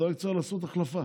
ואתה רק צריך לעשות החלפה.